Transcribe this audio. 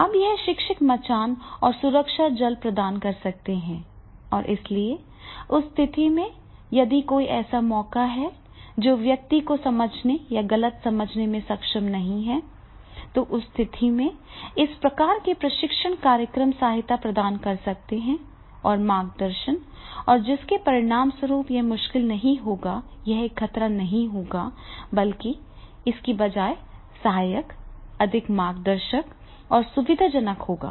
अब यहां शिक्षक मचान और सुरक्षा जाल प्रदान कर सकते हैं और इसलिए उस स्थिति में यदि कोई ऐसा मौका है जो व्यक्ति को समझने या गलत समझने में सक्षम नहीं है तो उस स्थिति में इस प्रकार का प्रशिक्षण कार्यक्रम सहायता प्रदान कर सकता है और मार्गदर्शन और जिसके परिणामस्वरूप यह मुश्किल नहीं होगा यह एक खतरा नहीं होगा बल्कि इसके बजाय सहायक अधिक मार्गदर्शक और अधिक सुविधाजनक होगा